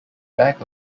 back